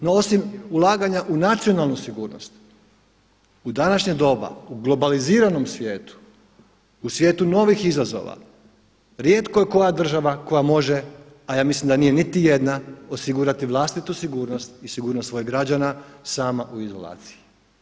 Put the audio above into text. No osim ulaganja u nacionalnu sigurnost u današnje doba u globaliziranom svijetu, u svijetu novih izazova rijetko je koja država koja može a ja mislim da nije niti jedna osigurati vlastitu sigurnost i sigurnost svojih građana sama u izolaciji.